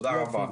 תודה רבה.